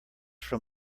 from